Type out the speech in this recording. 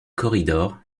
corridor